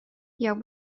jag